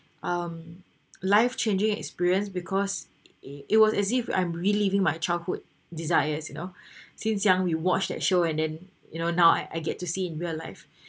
um life changing experience because it it was as if I'm relieving my childhood desires you know since young we watched that show and then you know now I get to see in real life